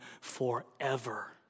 forever